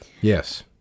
Yes